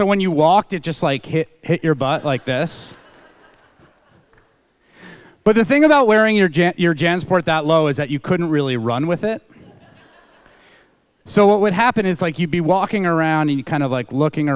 so when you walked it just like hit your but like this but the thing about wearing your jet your gen sport that low is that you couldn't really run with it so what would happen is like you'd be walking around and you kind of like looking